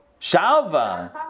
Shalva